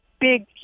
big